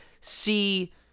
see